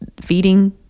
feeding